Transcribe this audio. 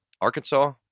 Arkansas